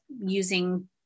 using